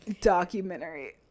Documentary